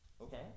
Okay